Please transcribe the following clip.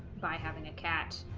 by having a cat